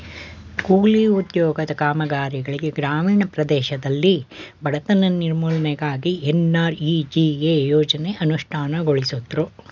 ಕೂಲಿ ಉದ್ಯೋಗದ ಕಾಮಗಾರಿಗಳಿಗೆ ಗ್ರಾಮೀಣ ಪ್ರದೇಶದಲ್ಲಿ ಬಡತನ ನಿರ್ಮೂಲನೆಗಾಗಿ ಎನ್.ಆರ್.ಇ.ಜಿ.ಎ ಯೋಜ್ನ ಅನುಷ್ಠಾನಗೊಳಿಸುದ್ರು